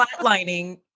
flatlining